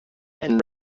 and